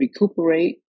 recuperate